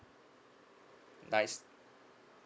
nine